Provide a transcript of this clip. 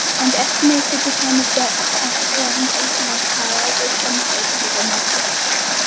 and estimated the time of death as around eight hours prior, based on the state of rigor mortis.